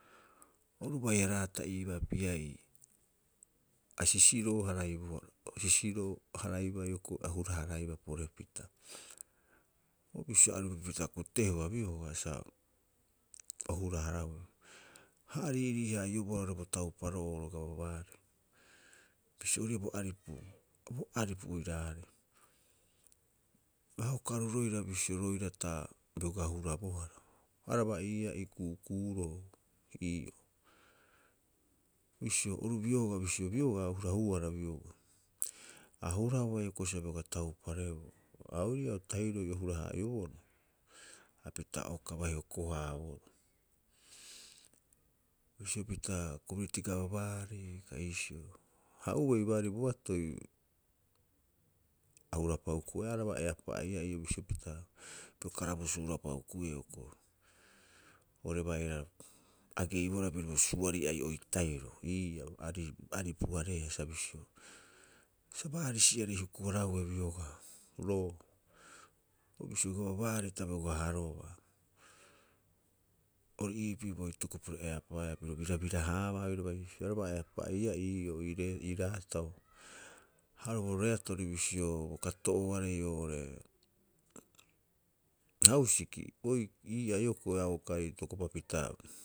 Oru baiha raata iibaa pia'ii a sisiroo- haraiboroo, a sisiroo- haraiba hioko'i a hura- haraibaa porepita. O bisio aripupita kutehua biogaa sa o hura- harabeu. Ha ariirii- haa'iobaa oo'ore bo tauparo'oro gavamant bisio ori ii'aa bo aripu, bo aripu oiraarei. Ha uka oru roira bisio roira ta bioga hurabohara. Araba iiaa ii ku'uku'uroo ii'oo. Bisio oru biogaa, bisio biogaa a hurahuara biogaa. A hurahua hioko'i sa bioga taupareboo, ha ori ii'aa o tahiroo hara- haa'ioboroo, hapita a uka bai hoko- haaboroo. Bisio pita komuniti gavamant kai iisio. Ha uei baarii boatoi a hura'upa huku'aeaa araba eapaa'iiaa i'oo bisio pita, piro karabusu hura'upa hukuiia hioko'i, uare bai aira ageibohara piro suari'ai oita'iro ii'aa, ari aripu- hareea sa bisio sa baarisiarei huku- harahue biogaa, roo bisio gavamant ta bioga harobaa. Ori iipii bo hituku piro eapaaea, piro birabira- haabaa oiraba iisio, araba eapaa iiaa ii'oo ii reeto ii raatao. Ha o bo reetori bisio, bo kato'ooarei oo'ore hausiki ii'aa hioko'i a uka itokopapita.